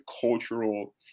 cultural